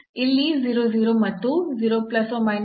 ಇಲ್ಲಿ ಮತ್ತು 0 ಇದೆ